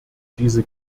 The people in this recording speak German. diese